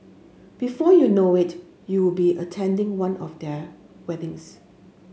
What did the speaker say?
before you know it you'll be attending one of their weddings